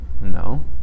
No